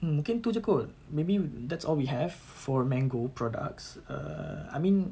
um maybe itu jer kot maybe that's all we have for mango products err I mean